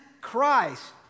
Christ